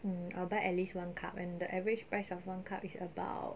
mm I'll buy at least one cup and the average price of one cup is about